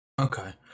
Okay